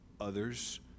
others